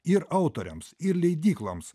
ir autoriams ir leidykloms